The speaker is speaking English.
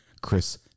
Chris